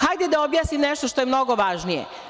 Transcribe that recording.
Hajde da objasnim nešto što je mnogo važnije.